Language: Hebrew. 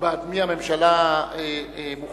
בעד מי הממשלה מוכנה,